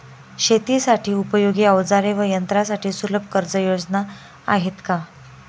शेतीसाठी उपयोगी औजारे व यंत्रासाठी सुलभ कर्जयोजना आहेत का?